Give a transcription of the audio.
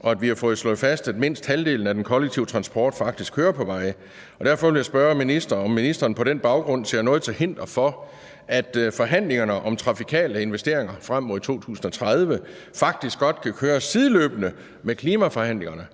Og vi har fået slået fast, at mindst halvdelen af den kollektive transport faktisk kører på veje; så derfor vil jeg spørge: Ser ministeren på den baggrund noget til hinder for, at forhandlingerne om trafikale investeringer frem mod 2030 faktisk godt kan køres sideløbende med klimaforhandlingerne.